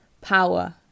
power